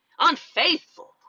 unfaithful